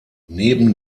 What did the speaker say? neben